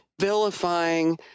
vilifying